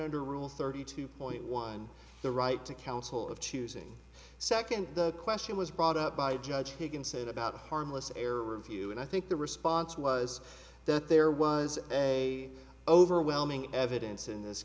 under rule thirty two point one the right to counsel of choosing a second the question was brought up by judge higgins said about harmless error review and i think the response was that there was a overwhelming evidence in this